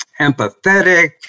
empathetic